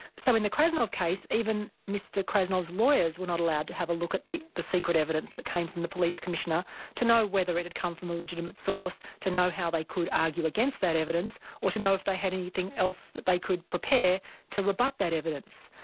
so in the krasnov case, even mr krasnov's lawyers were not allowed to have a look at the secret secret evidence that came from the police commissioner to know whether it had come from a legitimate source, to know how they could argue against that evidence, or to know if they had anything else that they could prepare to rebut that evidence.